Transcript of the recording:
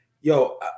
yo